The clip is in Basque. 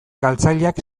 galtzaileak